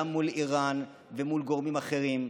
גם מול איראן ומול גורמים אחרים.